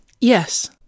Yes